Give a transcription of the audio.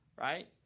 Right